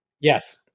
Yes